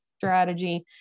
strategy